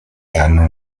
hanno